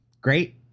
great